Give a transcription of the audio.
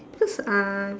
because uh